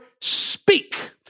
speak